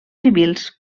civils